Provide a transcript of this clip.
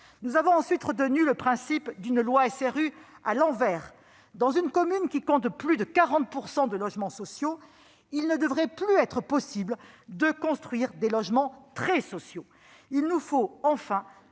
Nous avons, ensuite, retenu le principe d'une « loi SRU à l'envers ». Dans une commune qui compte plus de 40 % de logements sociaux, il ne devrait plus être possible de construire des logements très sociaux. Il nous faut, enfin,